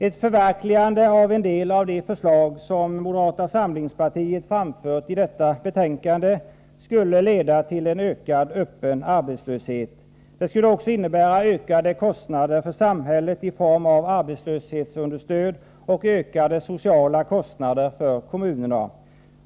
Ett förverkligande av en del av de förslag som moderata samlingspartiet framfört i detta betänkande skulle leda till en ökad öppen arbetslöshet. Det skulle också innebära ökade kostnader för samhället i form av arbetslöshetsunderstöd och ökade sociala kostnader för kommunerna.